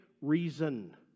reason